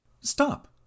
Stop